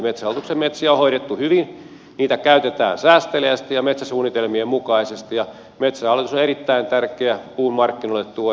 metsähallituksen metsiä on hoidettu hyvin niitä käytetään säästeliäästi ja metsäsuunnitelmien mukaisesti ja metsähallitus on erittäin tärkeä puun markkinoille tuoja